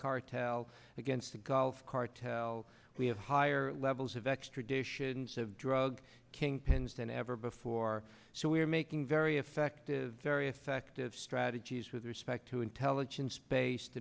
cartel against the gulf cartel we have higher levels of extraditions of drug kingpins than ever before so we're making very effective very effective strategies with respect to intelligence based